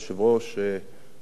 כבוד השר פלד,